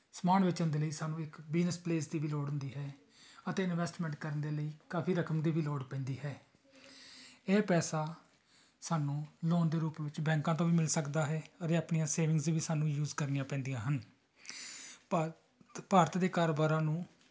ਸਮਾਨ ਵੇਚਣ ਦੇ ਲਈ ਸਾਨੂੰ ਇੱਕ ਬਿਜ਼ਨਸ ਪਲੇਸ ਦੀ ਵੀ ਲੋੜ ਹੁੰਦੀ ਹੈ ਅਤੇ ਇਨਵੈਸਟਮੈਂਟ ਕਰਨ ਦੇ ਲਈ ਕਾਫ਼ੀ ਰਕਮ ਦੀ ਵੀ ਲੋੜ ਪੈਂਦੀ ਹੈ ਇਹ ਪੈਸਾ ਸਾਨੂੰ ਲੋਨ ਦੇ ਰੂਪ ਵਿੱਚ ਬੈਂਕਾਂ ਤੋਂ ਵੀ ਮਿਲ ਸਕਦਾ ਹੈ ਅਤੇ ਆਪਣੀਆਂ ਸੇਵਿੰਗਜ਼ ਵੀ ਸਾਨੂੰ ਯੂਜ ਕਰਨੀਆਂ ਪੈਂਦੀਆਂ ਹਨ ਭਾਰ ਤ ਭਾਰਤ ਦੇ ਕਾਰੋਬਾਰਾਂ ਨੂੰ